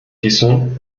cuisson